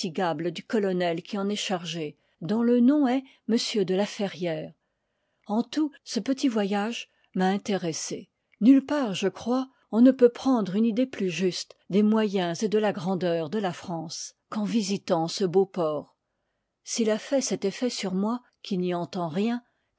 du colonel qui en est chargé dont le nom est m de laferrière en tout ce petit voyage m'a h part n intéressée nulle part je crois on ne l peut prendre une idée plus juste des moyens et de la grandeur de la france qu'en visitant ce beau port s'il a fait cet effet sur moi qui n'y entends rien